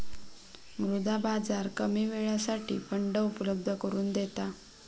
मुद्रा बाजार कमी वेळेसाठी फंड उपलब्ध करून देता